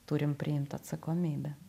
turim priimt atsakomybę